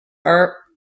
are